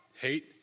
hate